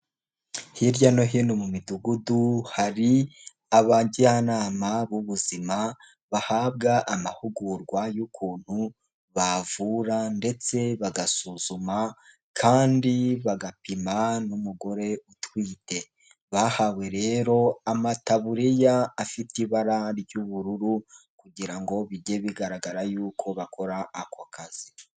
Hirya no hino mu midugudu hari abajyanama b'ubuzima bahabwa amahugurwa y'ukuntu bavura, ndetse bagasuzuma kandi bagapima n'umugore utwite, bahawe rero amataburiya afite ibara ry'ubururu kugira ngo bijye bigaragara yuko bakora ako kazi.